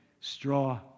straw